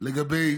לגבי